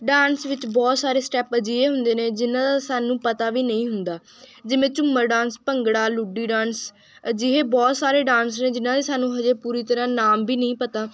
dance ਵਿੱਚ ਬਹੁਤ ਸਾਰੇ ਸਟੈਪ ਅਜਿਹੇ ਹੁੰਦੇ ਨੇ ਜਿੰਨ੍ਹਾਂ ਦਾ ਸਾਨੂੰ ਪਤਾ ਵੀ ਨਹੀਂ ਹੁੰਦਾ ਜਿਵੇਂ ਝੂਮਰ ਡਾਂਸ ਭੰਗੜਾ ਲੁੱਡੀ ਡਾਂਸ ਅਜਿਹੇ ਬਹੁਤ ਸਾਰੇ ਡਾਂਸ ਨੇ ਜਿਨ੍ਹਾਂ ਦੀ ਸਾਨੂੰ ਹਜੇ ਪੂਰੀ ਤਰ੍ਹਾਂ ਨਾਮ ਵੀ ਨਹੀਂ ਪਤਾ